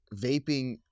vaping